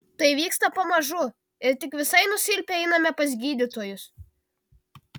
tai vyksta pamažu ir tik visai nusilpę einame pas gydytojus